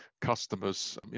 customers